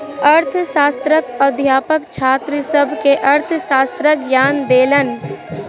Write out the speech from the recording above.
अर्थशास्त्रक अध्यापक छात्र सभ के अर्थशास्त्रक ज्ञान देलैन